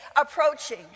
approaching